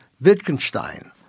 Wittgenstein